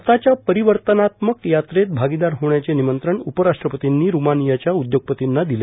भारताच्या परिवर्तनात्मक यात्रेत भागीदार होण्याचे निमंत्रण उपराष्ट्रपर्तीनी रुमानियाच्या उद्योगपर्तीना दिले